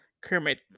kermit